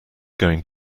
going